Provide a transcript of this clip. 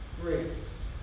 Grace